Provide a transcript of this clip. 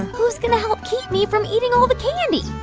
and who's going to help keep me from eating all the candy?